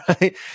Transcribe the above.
right